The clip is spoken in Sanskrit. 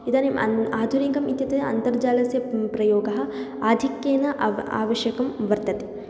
इदनीम् अन् आधुनिकम् इत्येतत् अन्तर्जालस्य प्रयोगः आधिक्येन एव आवश्यकं वर्तते